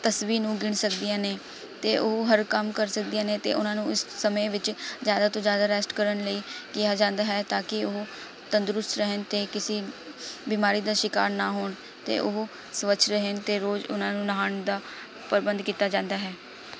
ਤਸਵੀ ਨੂੰ ਗਿਣ ਸਕਦੀਆਂ ਨੇ ਅਤੇ ਉਹ ਹਰ ਕੰਮ ਕਰ ਸਕਦੀਆ ਨੇ ਅਤੇ ਉਨ੍ਹਾਂ ਨੂੰ ਇਸ ਸਮੇਂ ਵਿੱਚ ਜ਼ਿਆਦਾ ਤੋਂ ਜ਼ਿਆਦਾ ਰੈਸਟ ਕਰਨ ਲਈ ਕਿਹਾ ਜਾਂਦਾ ਹੈ ਤਾਂ ਕਿ ਉਹ ਤੰਦਰੁਸਤ ਰਹਿਣ ਅਤੇ ਕਿਸੀ ਬਿਮਾਰੀ ਦਾ ਸ਼ਿਕਾਰ ਨਾ ਹੋਣ ਅਤੇ ਉਹ ਸਵੱਛ ਰਹਿਣ ਅਤੇ ਰੋਜ਼ ਉਹਨਾਂ ਨੂੰ ਨਹਾਉਣ ਦਾ ਪ੍ਰਬੰਧ ਕੀਤਾ ਜਾਂਦਾ ਹੈ